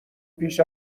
پیش